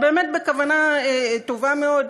באמת בכוונה טובה מאוד,